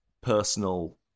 personal